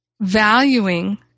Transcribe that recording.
valuing